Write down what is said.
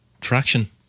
traction